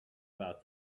about